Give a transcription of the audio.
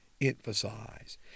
emphasize